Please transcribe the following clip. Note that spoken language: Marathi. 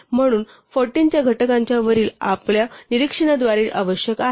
म्हणून 14 च्या घटकांच्या वरील आपल्या निरीक्षणाद्वारे आवश्यक आहे